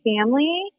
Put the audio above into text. family